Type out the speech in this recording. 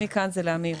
מכאן לאמיר.